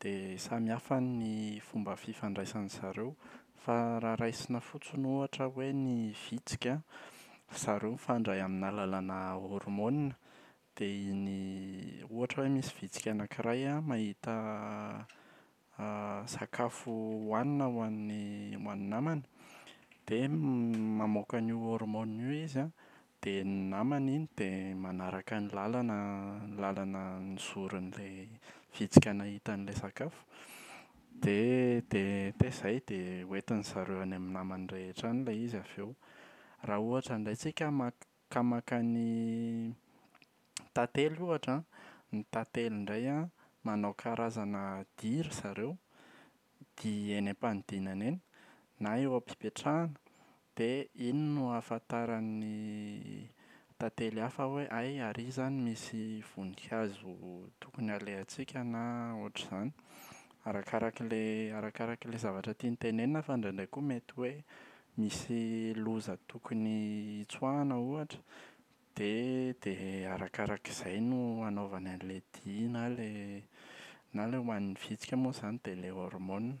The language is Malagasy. dia samy hafa ny fomba fifandraisan’izareo. Fa raha raisina fotsiny ohatra hoe ny vitsika an, ry zareo mifandray amin’alalanà hormona. Dia iny ohatra hoe misy vitsika anakiray an mahita sakafo ohanina ho an’ny namany, dia mamoaka an’io hormona io izy an, dia henon’ny namany iny dia manaraka ny lalana, ny lalana nozorin’ilay vitsika nahita an’ilay sakafo dia dia; dia izay dia hoentin’izareo any amin’ny namany rehetra any ilay izy avy eo. Raha ohatra indray tsika maka- ka maka ny tantely ohatra an. Ny tantely indray an manao karazana dihy ry zareo, dihy eny am-panidinana eny na eo am-pipetrahana dia iny no ahafantaran’ny tantely hafa hoe hay ary izany misy voninkazo tokony alehantsika na ohatra izany. Arakaraka ilay arakaraka ilay zavatra tiany tenenina fa indraindray koa mety hoe misy loza tokony hitsoahana ohatra dia dia arakaraka izay no anaovany an’ilay dihy na ilay na ilay ho an’ny vitsika moa izany dia ilay hormona.